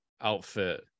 outfit